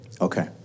Okay